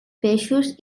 peixos